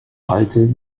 alte